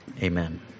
amen